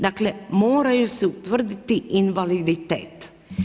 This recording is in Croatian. Dakle, mora joj se utvrditi invaliditet.